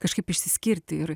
kažkaip išsiskirti ir